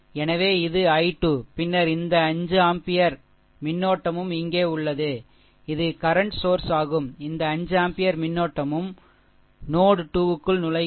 எனவே இது I2 பின்னர் இந்த 5 ஆம்பியர் மின்னோட்டமும் இங்கே உள்ளது இது கரன்ட் சோர்ஷ் ஆகும் இந்த 5 ஆம்பியர் மின்னோட்டமும் முனை 2 க்குள் நுழைகிறது